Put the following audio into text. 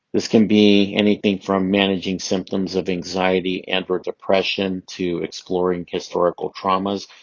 this can be anything from managing symptoms of anxiety and or depression to exploring historical traumas.